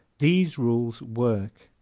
these rules work